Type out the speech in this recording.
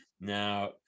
Now